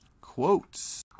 Quotes